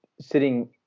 sitting